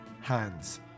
hands